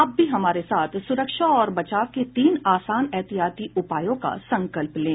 आप भी हमारे साथ सुरक्षा और बचाव के तीन आसान एहतियाती उपायों का संकल्प लें